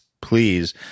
please